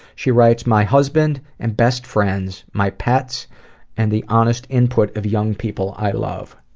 she writes my husband and best friends my pets and the honest input of young people i love.